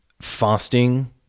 fasting